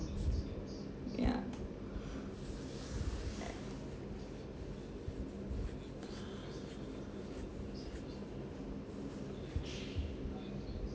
yeah